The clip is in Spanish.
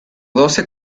doce